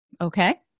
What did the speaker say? Okay